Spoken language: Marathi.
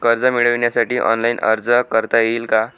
कर्ज मिळविण्यासाठी ऑनलाइन अर्ज करता येईल का?